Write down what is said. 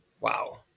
Wow